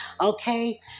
Okay